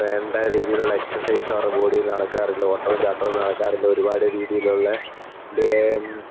വേണ്ട രീതിയിലുള്ള എക്സസൈസ് അവരുടെ ബോഡിയില് നടക്കാറില്ല ഓട്ടവും ചാട്ടവും നടക്കാറില്ല ഒരുപാട് രീതിയിലുള്ള